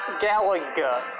Galaga